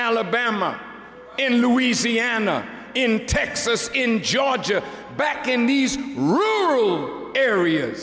alabama in louisiana in texas in georgia back in these rule area